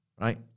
right